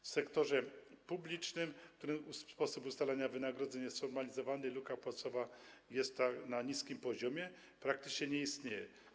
W sektorze publicznym, w którym sposób ustalania wynagrodzeń jest sformalizowany, luka płacowa jest na niskim poziomie, praktycznie nie istnieje.